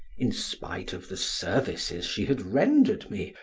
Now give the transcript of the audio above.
in spite of the services she had rendered me,